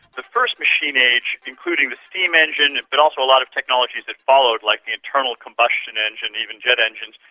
the first machine age, including the steam engine, but also a lot of technologies that followed, like the internal combustion engine, even jet engines,